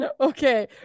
Okay